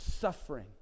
suffering